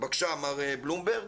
בבקשה, מר בלומברג.